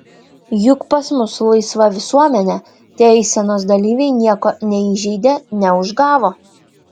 juk pas mus laisva visuomenė tie eisenos dalyviai nieko neįžeidė neužgavo